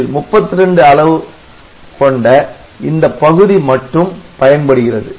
இதில் 32K அளவு கொண்ட இந்தப் பகுதி மட்டும் பயன்படுகிறது